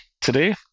today